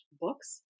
books